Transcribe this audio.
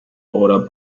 order